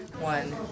One